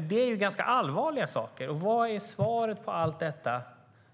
Det är ganska allvarliga saker. Vad är svaret på allt detta?